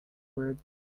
words